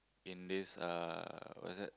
in this uh what's that